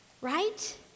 right